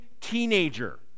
teenager